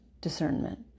Discernment